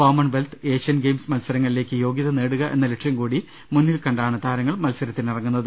Commonwealth Asian Games മത്സരങ്ങളിലേക്ക് യോഗ്യത നേടുക എന്ന ലക്ഷ്യം കൂടി മുന്നിൽ കണ്ടാണ് താര ങ്ങൾ മത്സരത്തിനിറങ്ങുന്നത്